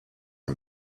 and